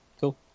Cool